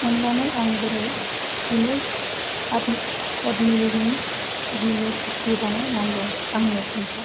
अननानै आं बोरै जिनै अतमीलनि कुकि बानायनांगौ आंनो खोन्था